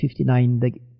59